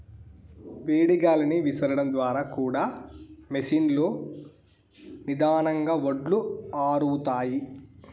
వేడి గాలిని విసరడం ద్వారా కూడా మెషీన్ లో నిదానంగా వడ్లు ఆరుతాయి